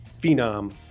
phenom